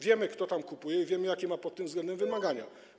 Wiemy, kto tam kupuje, i wiemy, jakie ma pod tym względem wymagania.